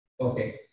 okay